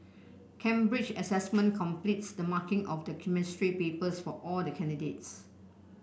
Cambridge Assessment completes the marking of the Chemistry papers for all the candidates